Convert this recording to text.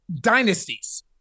dynasties